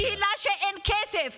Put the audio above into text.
קודם כול אני מסכימה איתך,